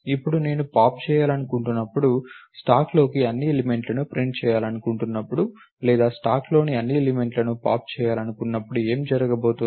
ఇప్పుడు నేను పాప్ చేయాలనుకున్నప్పుడు స్టాక్లోని అన్ని ఎలిమెంట్లను ప్రింట్ చేయాలనుకున్నప్పుడు లేదా స్టాక్లోని అన్ని ఎలిమెంట్లను పాప్ చేయాలనుకున్నప్పుడు ఏమి జరగబోతోంది